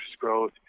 growth